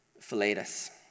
Philetus